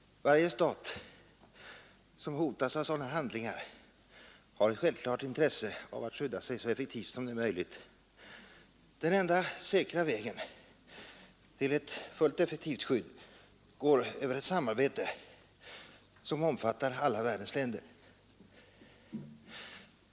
Varje stat som hotas av sådana handlingar har ett självklart intresse av att skydda sig så effektivt som det är möjligt. Den enda säkra vägen till ett fullt effektivt skydd går emellertid över ett samarbete, som omfattar alla världens länder.